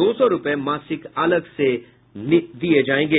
दो सौ रूपये मासिक अलग से मिलेंगे